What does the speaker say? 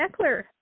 Eckler